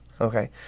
okay